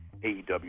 AEW